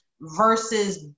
versus